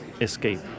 escape